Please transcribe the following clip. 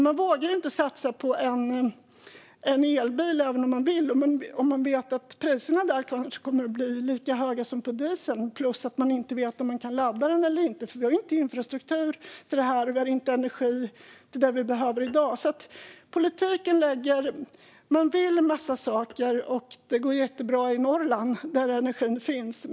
Man vågar inte satsa på en elbil, även om man vill, om man vet att priserna kanske kommer att bli lika höga som på dieseln. Dessutom vet man inte om man kommer att kunna ladda den, eftersom vi inte har infrastruktur till det här. Vi har heller inte energi till det vi behöver i dag. Politiken vill en massa saker, och det går jättebra i Norrland där energin finns.